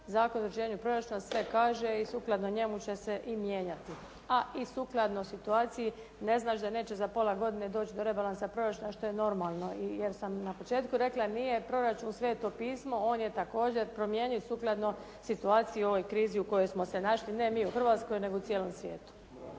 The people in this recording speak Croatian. Zakon o izvršenju proračuna sve kaže i sukladno njemu će se i mijenjati, a i sukladno situaciji ne znači da neće za pola godine doći do rebalansa proračuna što je normalno i jer sam na početku rekla jer nije proračun Sveto Pismo. On je također promjenjiv sukladno situaciji i ovoj krizi u kojoj smo se našli ne mi u Hrvatskoj nego u cijelom svijetu.